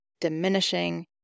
diminishing